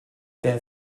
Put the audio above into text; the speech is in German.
der